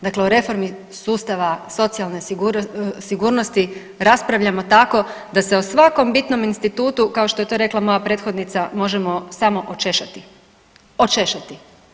Dakle o reformi sustava socijalne sigurnosti raspravljamo tamo da se o svakom bitnom institutu, kao što je to rekla moja prethodnica, možemo samo očešati.